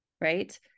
Right